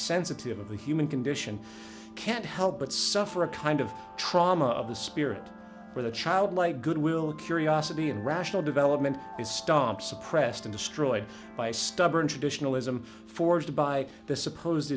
sensitive of the human condition can't help but suffer a kind of trauma of the spirit with a child like goodwill curiosity and rational development is stopped suppressed in destroyed by stubborn traditionalism forged by the supposed